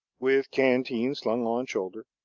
with canteen slung on shoulder,